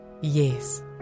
Yes